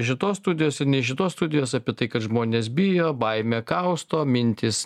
iš šitos studijos ir ne iš šitos studijos apie tai kad žmonės bijo baimė kausto mintys